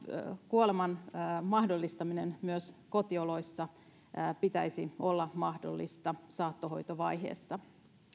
kuoleman mahdollistaminen myös kotioloissa pitäisi olla mahdollista saattohoitovaiheessa